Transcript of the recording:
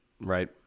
Right